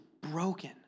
broken